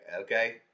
Okay